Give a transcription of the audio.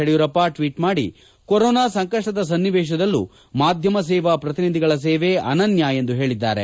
Yediyurappa tweet ಮಾಡಿ corona ಸಂಕಷ್ಠದ ಸನ್ನಿವೇಶದಲ್ಲೂ ಮಾಧ್ಯಮ ಸೇವಾ ಪ್ರತಿನಿಧಿಗಳ ಸೇವೆ ಅನನ್ಯ ಎಂದು ತಿಳಿಸಿದ್ದಾರೆ